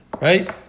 right